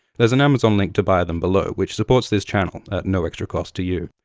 there's an amazon link to buy them below which supports this channel at no extra cost to you.